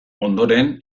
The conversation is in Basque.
ondoren